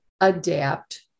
adapt